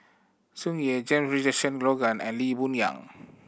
Tsung Yeh James Richardson Logan and Lee Boon Yang